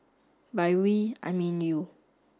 by we I mean you